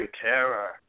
terror